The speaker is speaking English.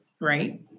right